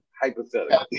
hypothetical